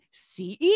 CEO